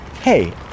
hey